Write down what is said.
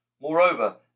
Moreover